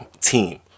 team